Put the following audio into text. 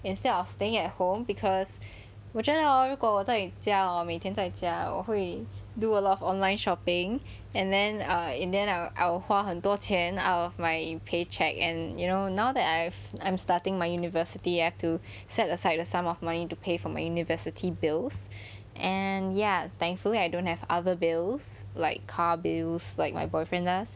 instead of staying at home because 我觉得 hor 如果我在家 hor 我每天在家我会 do a lot of online shopping and then err I will 花很多钱 out of my paycheck and you know now that I've I'm starting my university I have to set aside a sum of money to pay for my university bills and ya thankfully I don't have other bills like car bills like my boyfriend does